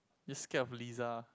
you scared of Lisa